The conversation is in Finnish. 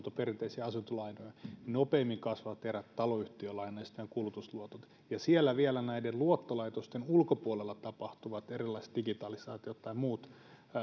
perinteisiä asuntolainoja niin nopeimmin kasvavat taloyhtiölainat ja kulutusluotot ja siellä vielä näiden luottolaitosten ulkopuolella tapahtuvat erilaiset digitaaliset tai muut